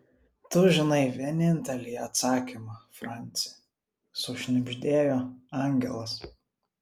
tu žinai vienintelį atsakymą franci sušnibždėjo angelas